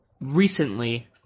recently